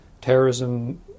terrorism